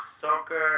soccer